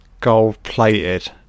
Gold-plated